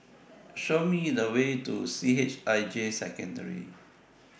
Show Me The Way to C H I J Secondary